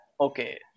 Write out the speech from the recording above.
okay